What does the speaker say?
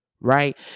right